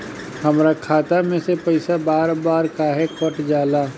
हमरा खाता में से पइसा बार बार काहे कट जाला?